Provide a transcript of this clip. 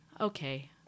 okay